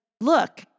look